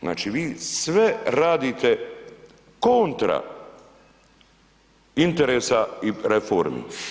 Znači vi sve radite kontra interesa i reformi.